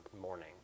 morning